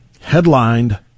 headlined